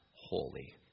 holy